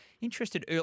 interested